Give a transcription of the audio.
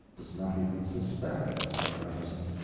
does not even suspect that they are absent.